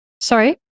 Sorry